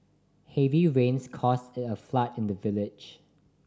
heavy rains caused a flood in the village